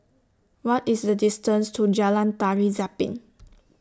What IS The distance to Jalan Tari Zapin